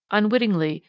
unwittingly,